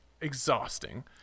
exhausting